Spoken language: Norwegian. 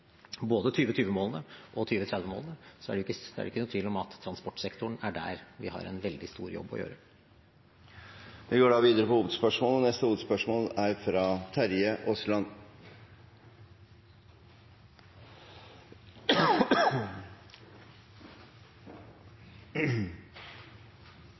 både 2020-målene og 2030-målene, er det ikke noen tvil om at transportsektoren er der vi har en veldig stor jobb å gjøre. Vi går da videre til neste hovedspørsmål. Klima- og